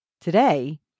Today